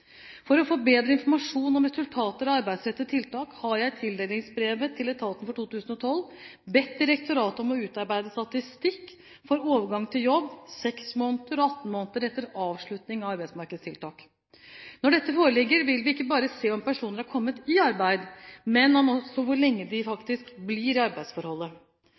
For å få bedre informasjon om resultater av arbeidsrettede tiltak har jeg i tildelingsbrevet til etaten for 2012 bedt direktoratet om å utarbeide statistikk for overgang til jobb 6 måneder og 18 måneder etter avslutning av arbeidsmarkedstiltak. Når dette foreligger, vil vi ikke bare se om personer er kommet i arbeid, men også hvor lenge de faktisk blir i arbeidsforholdet.